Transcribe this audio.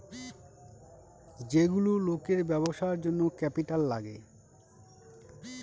যেগুলো লোকের ব্যবসার জন্য ক্যাপিটাল লাগে